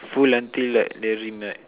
full until like the rim right